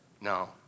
No